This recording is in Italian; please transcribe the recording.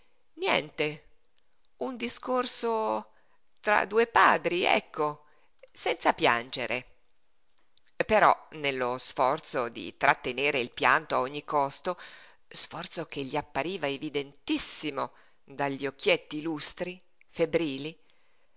niente un discorso tra due padri ecco senza piangere però nello sforzo di trattenere il pianto a ogni costo sforzo che gli appariva evidentissimo dagli occhietti lustri febbrili